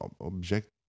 object